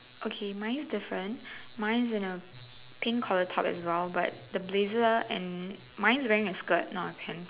okay mine is different mine is in a pink collar top as well but the blazer and mine is wearing a skirt not a pants